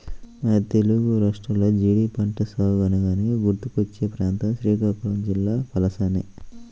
మన తెలుగు రాష్ట్రాల్లో జీడి పంట సాగు అనగానే గుర్తుకొచ్చే ప్రాంతం శ్రీకాకుళం జిల్లా పలాసనే